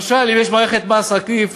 משל אם יש מערכת מס עקיף